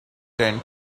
tent